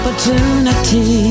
Opportunity